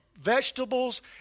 vegetables